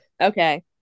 okay